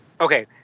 Okay